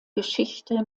geschichte